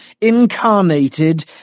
incarnated